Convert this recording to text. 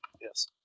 Yes